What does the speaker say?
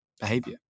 behavior